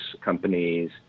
companies